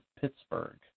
Pittsburgh